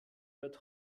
wird